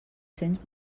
cents